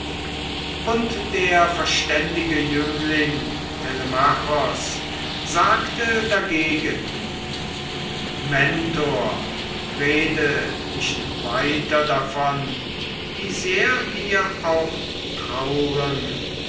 und der verständige jüngling telemachos sagte dagegen mentor rede nicht weiter davon wie sehr wir auch trauern